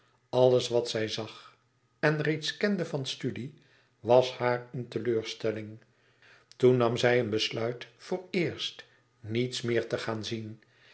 alles wat zij zag en reeds kende van studie was haar eene teleurstelling toen nam zij een besluit vooreerst niets meer te gaan zien